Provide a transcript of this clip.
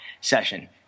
session